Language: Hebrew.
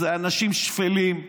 אלה אנשים שפלים,